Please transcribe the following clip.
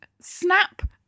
snap